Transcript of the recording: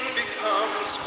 becomes